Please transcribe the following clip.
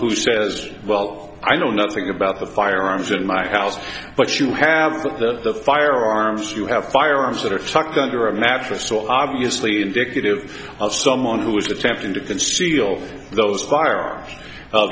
who says well i know nothing about the firearms in my house but you have the firearms you have firearms that are tucked under a mattress so obviously indicative of someone who is attempting to conceal those fire